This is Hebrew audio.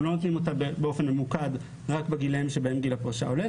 אנחנו לא נותנים אותה באופן ממוקד רק בגילאים שבהם גיל הפרישה עולה,